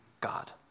God